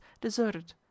deserted